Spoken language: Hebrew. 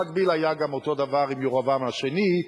במקביל היה אותו הדבר עם ירבעם השני,